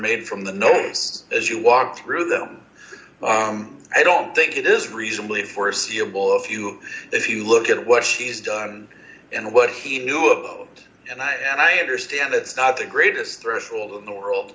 made from the nose as you walk through them but i don't think it is reasonably foreseeable of you if you look at what she's done and what he knew about it and i and i understand it's not the greatest threshold in the world